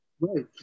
Right